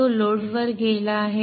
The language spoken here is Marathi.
तो लोड वर गेला आहे